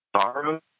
sorrow